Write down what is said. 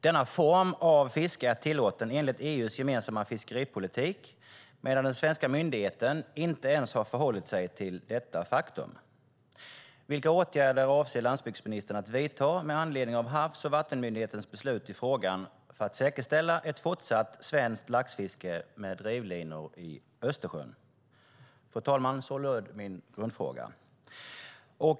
Denna form av fiske är tillåten enligt EU:s gemensamma fiskeripolitik, medan den svenska myndigheten inte ens har förhållit sig till detta faktum. Vilka åtgärder avser landsbygdsministern att vidta med anledning av Havs och vattenmyndighetens beslut i frågan, för att säkerställa ett fortsatt svenskt laxfiske med drivlinor i Östersjön?" Fru talman! Så löd min grundfråga.